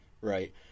Right